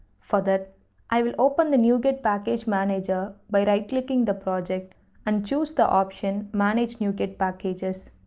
for that i will open the nuget package manager by right clicking the project and choose the option manage nuget packages.